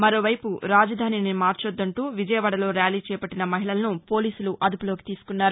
మరోవైపు రాజధానిని మార్చొద్దంటూ విజయవాదలో ర్యాలీ చేపట్టిన మహిళలను పోలీసులు అదుపులోకి తీసుకున్నారు